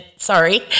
sorry